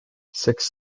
six